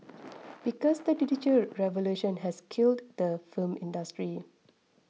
because the digital revolution has killed the film industry